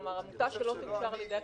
כלומר: עמותה שלא תאושר על ידי הכנסת,